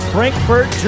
Frankfurt